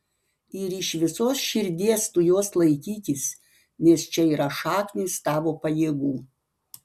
ir iš visos širdies tu jos laikykis nes čia yra šaknys tavo pajėgų